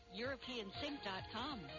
europeansync.com